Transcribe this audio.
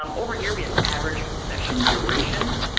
um over here we have average session duration,